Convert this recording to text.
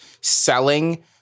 selling